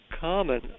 common